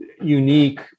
Unique